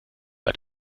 bei